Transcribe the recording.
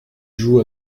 joue